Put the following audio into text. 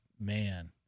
man